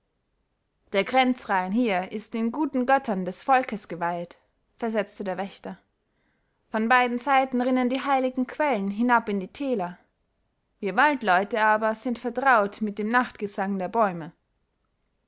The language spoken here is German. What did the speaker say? der grenzrain hier ist den guten göttern des volkes geweihet versetzte der wächter von beiden seiten rinnen die heiligen quellen hinab in die täler wir waldleute aber sind vertraut mit dem nachtgesang der bäume